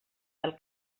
del